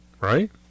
right